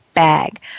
bag